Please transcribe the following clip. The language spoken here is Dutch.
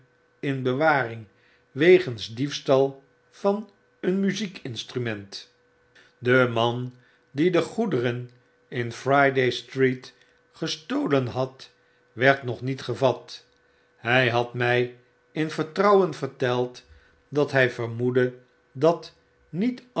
in bewaring wegens diefstal van een muziekinstrument de man die de goederen in friday street gestolen had werd nog niet gevat hyhadmy in vertrouwen verteld dat hij vermoedde dat niet